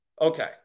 Okay